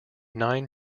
nine